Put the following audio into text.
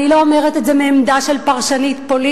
ואני לא אומרת את זה מעמדה של פרשנית פוליטית,